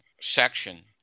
section